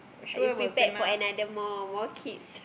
are you prepared for another more more kids